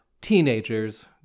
teenagers